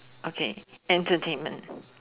okay entertainment